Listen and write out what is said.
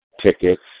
tickets